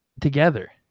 together